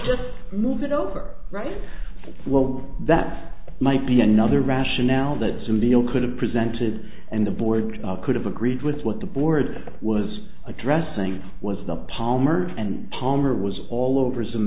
just move it over right well that might be another rationale that some deal could have presented and the board could have agreed with what the board was addressing was the palmer and palmer was all over some